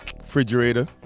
refrigerator